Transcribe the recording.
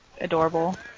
adorable